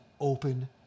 open